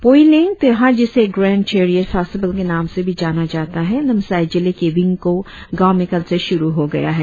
पोई लेंग त्योहार जिसे grand chariot festival के नाम से भी जाना जाता है नामसाई जिले के विंगको गांव में कल से शुरु हो गया है